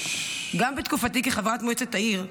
גם בתקופתי כחברת מועצת העיר,